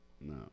No